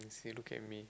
see look at me